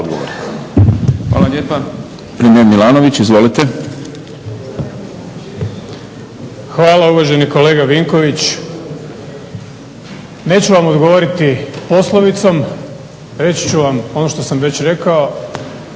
izvolite. **Milanović, Zoran (SDP)** Hvala uvaženi kolega Vinković. Neću vam odgovoriti poslovicom reći ću vam ono što sam već rekao